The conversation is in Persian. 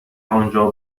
آنجا